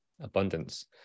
abundance